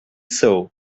saw